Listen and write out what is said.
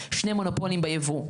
שני מונופולים ביבוא,